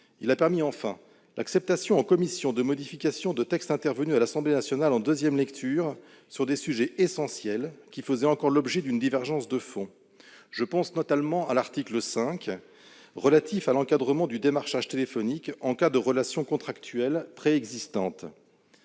Il a permis, enfin, l'acceptation en commission de modifications du texte intervenues à l'Assemblée nationale en deuxième lecture, sur des sujets essentiels qui faisaient encore l'objet d'une divergence de fond. Je pense notamment à l'article 5 relatif à l'encadrement du démarchage téléphonique en cas de relations contractuelles préexistantes.